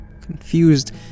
Confused